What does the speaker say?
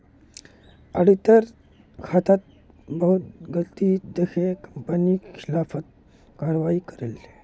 auditor खातात बहुत गलती दखे कंपनी खिलाफत कारवाही करले